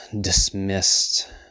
dismissed